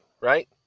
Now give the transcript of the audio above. right